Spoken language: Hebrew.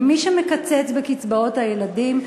מי שמקצץ בקצבאות הילדים,